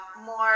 more